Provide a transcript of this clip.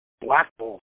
blackball